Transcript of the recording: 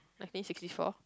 nineteen sixty four